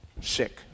sick